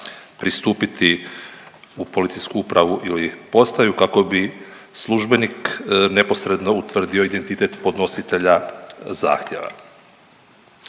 pristupiti u policijsku upravu ili postaju kako bi službenik neposredno utvrdio identitet podnositelja zahtjeva.